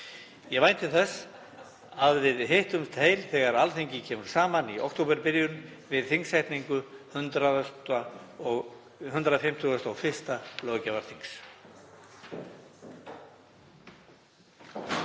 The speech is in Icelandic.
Ég vænti þess að við hittumst öll heil þegar Alþingi kemur saman í októberbyrjun við þingsetningu 151. löggjafarþings.